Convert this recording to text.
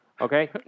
Okay